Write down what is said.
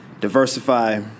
diversify